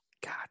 God